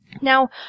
Now